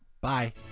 Bye